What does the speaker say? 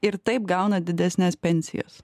ir taip gauna didesnes pensijas